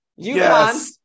UConn